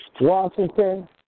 Washington